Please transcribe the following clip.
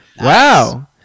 Wow